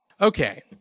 Okay